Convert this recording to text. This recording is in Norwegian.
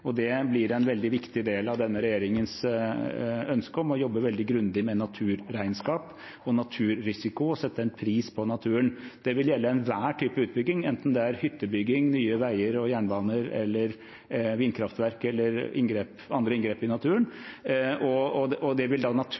Det blir en veldig viktig del av denne regjeringens ønske om å jobbe veldig grundig med naturregnskap og naturrisiko og å sette en pris på naturen. Det vil gjelde enhver type utbygging, enten det er hyttebygging, nye veier og jernbaner, vindkraftverk eller andre inngrep i naturen. Det vil naturligvis også være en del av totalbildet. Det